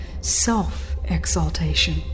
self-exaltation